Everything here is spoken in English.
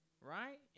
right